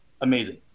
amazing